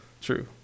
True